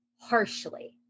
harshly